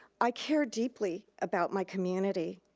i care deeply about my community.